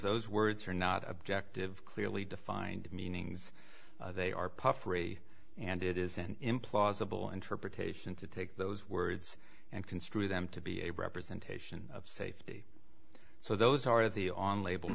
those words are not objective clearly defined meanings they are puffery and it is an implausible interpretation to take those words and construe them to be a representation of safety so those are the on label